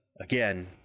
again